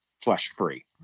flesh-free